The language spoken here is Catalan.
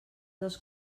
dels